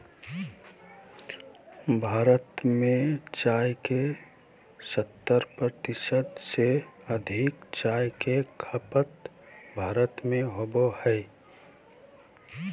भारत में चाय के सत्तर प्रतिशत से अधिक चाय के खपत भारत में होबो हइ